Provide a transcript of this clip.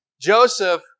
Joseph